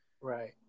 Right